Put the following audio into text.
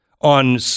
On